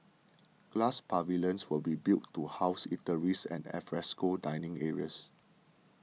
glass pavilions will be built to house eateries and alfresco dining areas